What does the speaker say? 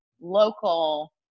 local